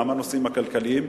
גם הנושאים הכלכליים,